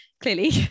clearly